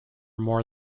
more